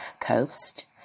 coast